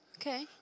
Okay